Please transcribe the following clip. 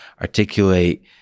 articulate